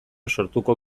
sortuko